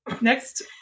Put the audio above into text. next